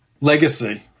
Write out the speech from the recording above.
legacy